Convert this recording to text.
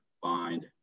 find